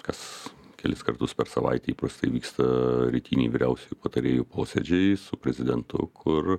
kas kelis kartus per savaitę įprastai vyksta rytiniai vyriausiųjų patarėjų posėdžiai su prezidentu kur